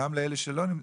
לאלו שלא נמצאים.